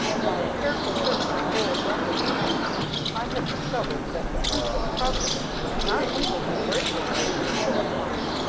by a careful searching of old records and maps i have discovered that the princess property not only embraces our prehistoric mine,